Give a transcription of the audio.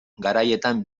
garaietan